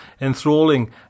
enthralling